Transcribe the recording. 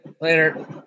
Later